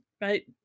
right